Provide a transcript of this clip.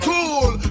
Cool